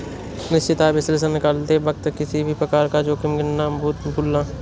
निश्चित आय विश्लेषण निकालते वक्त किसी भी प्रकार का जोखिम गिनना मत भूलना